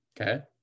Okay